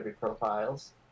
profiles